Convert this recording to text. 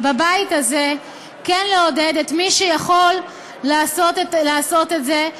בבית הזה כן לעודד את מי שיכול לעשות את זה,